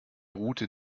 route